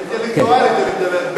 אינטלקטואלי אני מדבר,